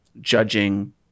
judging